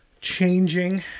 changing